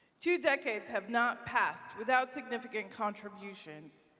two decades have not passed without significant contributions.